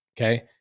okay